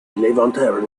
levanter